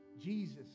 Jesus